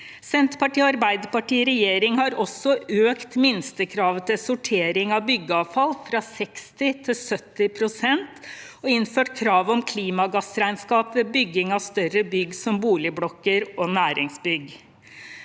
Senterpartiet og Arbeiderpartiet i regjering har økt minstekravet til sortering av byggeavfall fra 60 til 70 pst. og innført krav om klimagassregnskap ved bygging av større bygg, som boligblokker og næringsbygg.